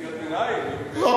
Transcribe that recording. כקריאת ביניים, כהבהרה.